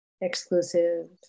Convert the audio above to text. exclusive